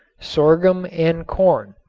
sorghum and corn.